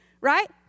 Right